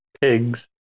pigs